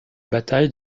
bataille